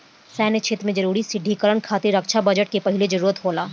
सैन्य क्षेत्र में जरूरी सुदृढ़ीकरन खातिर रक्षा बजट के पहिले जरूरत होला